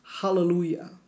hallelujah